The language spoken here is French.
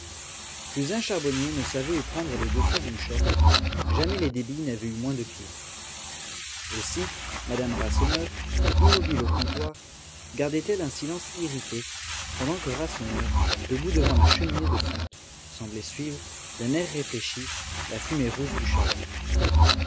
plus un charbonnier ne savait où prendre les deux sous d'une chope jamais les débits n'avaient eu moins de clients aussi madame rasseneur immobile au comptoir gardait elle un silence irrité pendant que rasseneur debout devant la cheminée de fonte semblait suivre d'un air réfléchi la fumée rousse du charbon